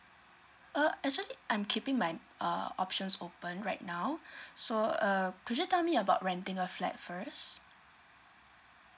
uh actually I'm keeping my uh options open right now so uh could you tell me about renting a flat first